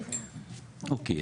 אוקיי.